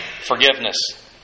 Forgiveness